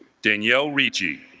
danielle ricci